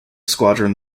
squadron